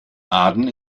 aden